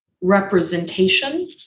representation